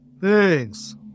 Thanks